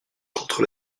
contre